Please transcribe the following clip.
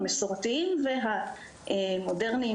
המסורתיים והמודרניים,